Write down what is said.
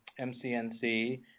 MCNC